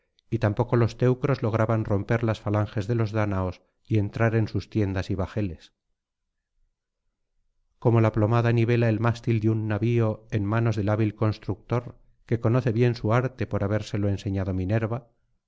y tampoco los teucros lograban romper las falanges de los dáñaos y entrar en sus tiendas y bajeles como la plomada nivela el mástil de un navio en manos del hábil constructor que conoce bien su arte por habérselo enseñado minerva